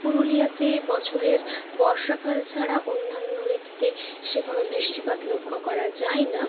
পুরুলিয়াতে বছরের বর্ষাকাল ছাড়া অন্যান্য ঋতুতে সেভাবে বৃষ্টিপাত লক্ষ্য করা যায় না